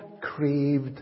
craved